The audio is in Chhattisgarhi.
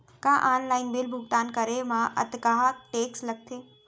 का ऑनलाइन बिल भुगतान करे मा अक्तहा टेक्स लगथे?